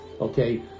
okay